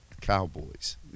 cowboys